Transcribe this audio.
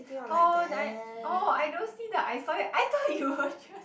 oh I oh I don't see that I saw it I thought you was just